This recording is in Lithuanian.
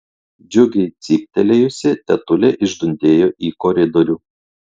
džiugiai cyptelėjusi tetulė išdundėjo į koridorių